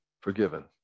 forgiven